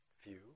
view